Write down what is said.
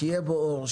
שיהיה בו אור,